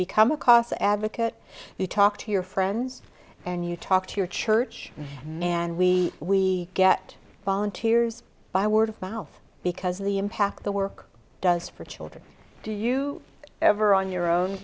become a cost advocate you talk to your friends and you talk to your church and we we get volunteers by word of mouth because of the impact the work does for children do you ever on your own